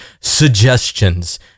suggestions